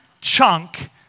chunk